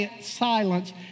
silence